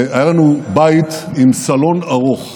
היה לנו בית עם סלון ארוך,